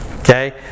Okay